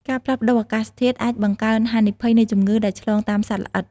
ការផ្លាស់ប្តូរអាកាសធាតុអាចបង្កើនហានិភ័យនៃជំងឺដែលឆ្លងតាមសត្វល្អិត។